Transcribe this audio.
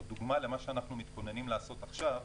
זו דוגמה למה שאנחנו מתכוננים לעשות עכשיו,